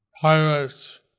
Pirates